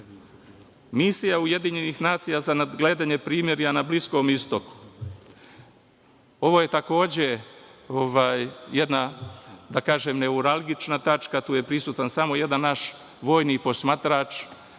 državu. Misija UN za nadgledanje primirja na Bliskom Istoku. Ovo je takođe jedna, da kažem, neuralgična tačka, tu je prisutan samo jedan naš vojni posmatrač.